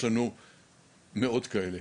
יש לנו מאות כאלה